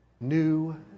New